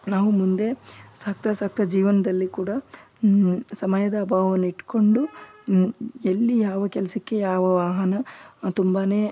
ನಾವು ಮುಂದೆ ಸಾಗ್ತ ಸಾಗ್ತ ಜೀವನದಲ್ಲಿ ಕೂಡ ಸಮಯದ ಅಭಾವವನ್ನು ಇಟ್ಟುಕೊಂಡು ಎಲ್ಲಿ ಯಾವ ಕೆಲಸಕ್ಕೆ ಯಾವ ವಾಹನ ತುಂಬಾ